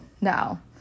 now